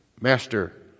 Master